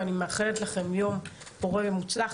ואני מאחלת לכם יום פורה ומוצלח,